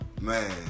man